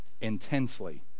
Intensely